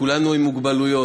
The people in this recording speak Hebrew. כולנו עם מוגבלויות,